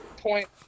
point